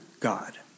God